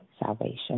Salvation